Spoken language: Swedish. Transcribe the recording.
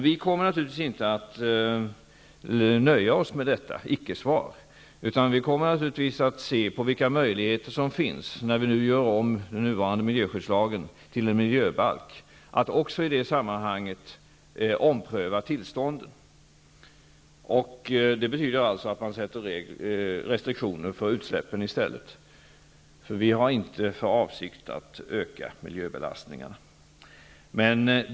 Vi kommer naturligtvis inte att nöja oss med detta icke-svar, utan vi kommer att se vilka möjligheter som finns, när vi nu gör om den nuvarande miljöskyddslagen till en miljöbalk, att i det sammanhanget också ompröva tillstånden. Det betyder alltså att man sätter restriktioner för utsläppen i stället. Vi har inte för avsikt att öka miljöbelastningarna.